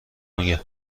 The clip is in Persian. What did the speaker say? میگه